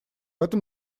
этом